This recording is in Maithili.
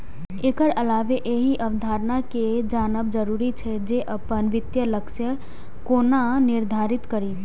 एकर अलावे एहि अवधारणा कें जानब जरूरी छै, जे अपन वित्तीय लक्ष्य कोना निर्धारित करी